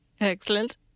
Excellent